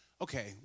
okay